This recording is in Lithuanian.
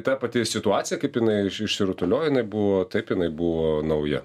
ta pati situacija kaip jinai išsirutulioja jinai buvo taip jinai buvo nauja